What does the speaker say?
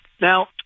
Now